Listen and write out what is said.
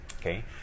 okay